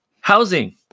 Housing